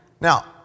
now